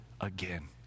again